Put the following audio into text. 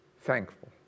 thankful